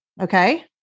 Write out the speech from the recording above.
Okay